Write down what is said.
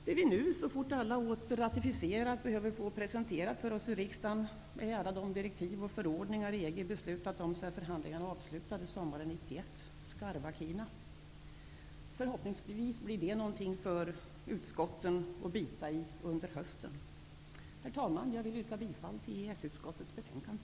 Det vi nu, så fort alla ratificerat dem, behöver få presenterat för oss i riksdagen är alla de direktiv och förordningar EG beslutat om sedan förhandlingarna avslutades sommaren 1991. Förhoppningsvis blir det något för utskotten att bita i under hösten. Herr talman! Jag yrkar bifall till EES-utskottets hemställan.